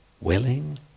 willing